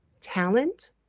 talent